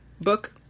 book